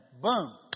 boom